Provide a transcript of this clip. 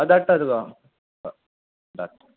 आं धाट्टा तुका हय धाडटा